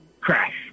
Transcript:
crash